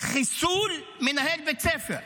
חיסול מנהל בית ספר.